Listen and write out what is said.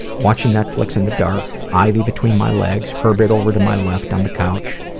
watching netflix in the dark with ivy between my legs, herbert over to my left on the couch,